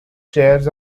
chairs